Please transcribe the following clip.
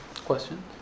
Question